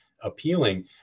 appealing